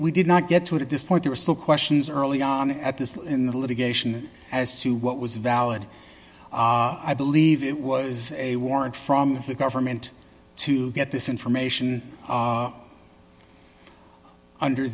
we did not get to it at this point there are still questions early on at this in the litigation as to what was valid i believe it was a warrant from the government to get this information under